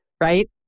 Right